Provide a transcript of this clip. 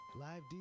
live